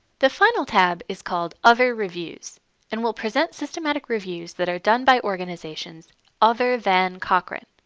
the final tab is called other reviews and will present systematic reviews that are done by organizations other than cochrane.